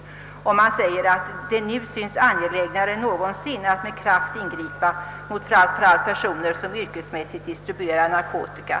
Några rader tidigare framhåller utskottet »att det nu synes angelägnare än någonsin att med kraft ingripa mot framför allt personer, som yrkesmässigt distribuerar narkotika».